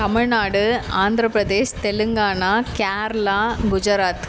Tamil Nadu Andhra Pradesh Telangana Kerala Gujarat